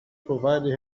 provided